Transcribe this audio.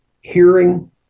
hearing